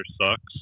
sucks